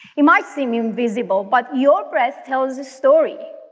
it might seem invisible but your breath tells a story,